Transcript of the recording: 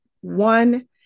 one